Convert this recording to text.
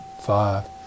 five